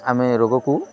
ଆମେ ରୋଗକୁ